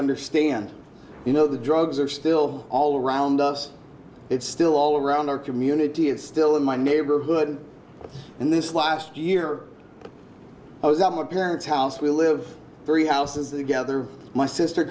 understand you know the drugs are still all around us it's still all around our community it's still in my neighborhood and this last year i was at my parents house we live very houses they gather my sister